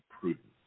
prudent